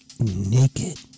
Naked